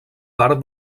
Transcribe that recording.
part